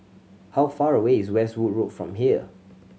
how far away is Westwood Road from here